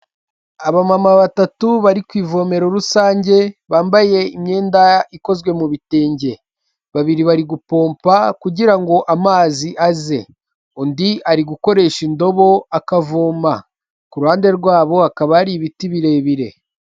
Abamama batatu bari ku ivomero rusange bambaye imyenda ikozwe mu bi bitenge, babiri bari gupommpa kugirango amazi aze, undi ari gukoresha indobo akavoma ku ruhande rwabo akaba ari ibiti birebire.